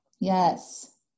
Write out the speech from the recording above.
Yes